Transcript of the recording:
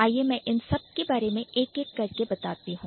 आइए मैं इन सब के बारे में एक एक करके बताती हूं